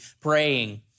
praying